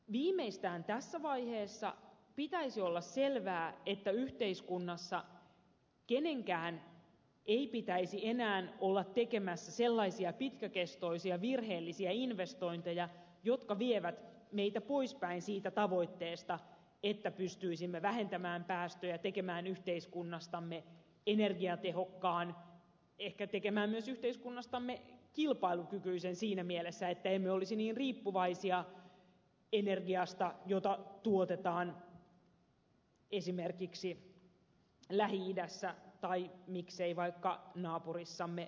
viimeistään tässä vaiheessa pitäisi olla selvää että yhteiskunnassa kenenkään ei pitäisi enää olla tekemässä sellaisia pitkäkestoisia virheellisiä investointeja jotka vievät meitä poispäin siitä tavoitteesta että pystyisimme vähentämään päästöjä tekemään yhteiskunnastamme energiatehokkaan ehkä tekemään myös yhteiskunnastamme kilpailukykyisen siinä mielessä että emme olisi niin riippuvaisia energiasta jota tuotetaan esimerkiksi lähi idässä tai miksei vaikka naapurissamme venäjällä